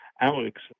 Alex